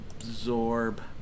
absorb